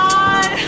God